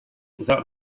without